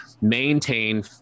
maintain